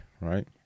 right